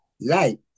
light